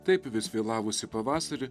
taip apie vis vėlavusį pavasarį